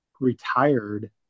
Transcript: retired